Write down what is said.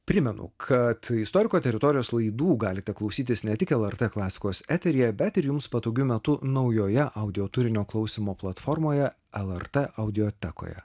primenu kad istoriko teritorijos laidų galite klausytis ne tik lrt klasikos eteryje bet ir jums patogiu metu naujoje audio turinio klausymo platformoje lrt audiotekoje